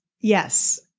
Yes